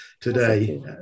today